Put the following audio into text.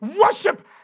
Worship